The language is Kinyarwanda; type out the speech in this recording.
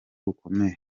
bukomeye